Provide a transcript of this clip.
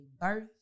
birth